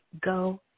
go